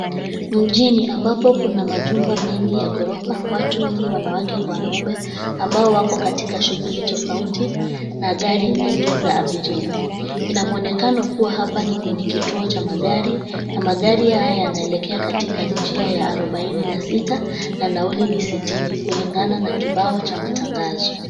Mjini ambapo kuna majumba mengi ya ghorofa. Watu wengi wanawake wa wanaume ambao wako katika shughuli tofauti na gari nyingi za abiria. Ina mwonekano kuwa hapa ni kwenye kituo cha magari , na magari haya yanaelekea katika njia ya arubaini na sita na nauli ni sitini kulingana na matangazo.